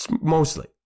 mostly